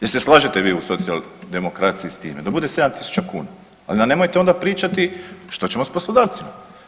Jel se slažete vi u socijaldemokraciji s time, da bude 7.000 kuna, ali nam nemojte onda pričati što ćemo s poslodavcima.